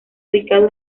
ubicado